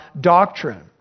doctrine